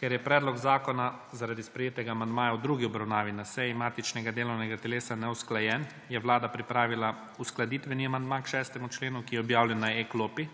Ker je predlog zakona zaradi sprejetega amandmaja v drugi obravnavi na seji matičnega delovnega telesa neusklajen, je Vlada pripravila uskladitveni amandma k 6. členu, ki je objavljen a e-klopi.